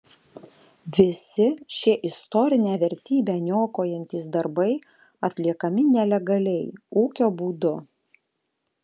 visi šie istorinę vertybę niokojantys darbai atliekami nelegaliai ūkio būdu